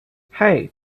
hej